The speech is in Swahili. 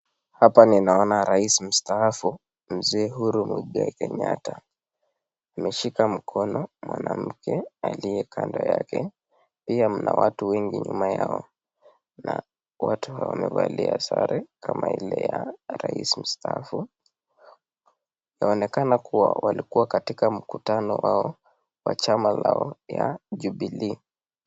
Hapa ninaona rais mstaafu mzee Uhuru Mwigai Kenyatta ameshika mkono mwanamke aliyekando yake pia kuna watu wengi nyuma yao na watu wamevalia sare kama ile ya rais mstaafu, inaonekana kuwa walikuwa katika mkutano wao ya chama yao ya Jubilee.